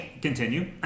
Continue